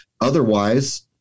otherwise